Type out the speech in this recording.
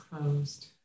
closed